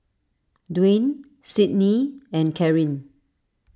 Dwayne Cydney and Caryn